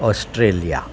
Australia